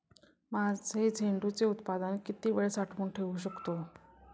माझे झेंडूचे उत्पादन किती वेळ साठवून ठेवू शकतो?